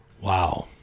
Wow